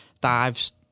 dives